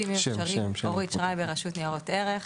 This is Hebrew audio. אורית שרייבר, רשות לניירות ערך.